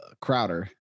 Crowder